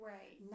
Right